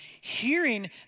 hearing